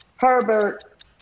Herbert